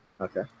okay